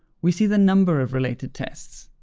we see the number of related tests.